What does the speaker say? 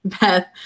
Beth